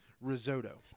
risotto